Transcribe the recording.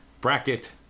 bracket